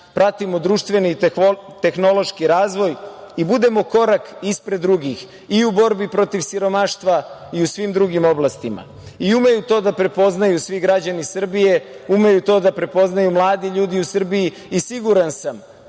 pratimo društveni tehnološki razvoj i budemo korak ispred drugih i u borbi protiv siromaštva i u svim drugim oblastima. Umeju to da prepoznaju svi građani Srbije, umeju to da prepoznaju mladi ljudi u Srbiji i siguran sam